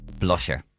blusher